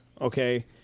okay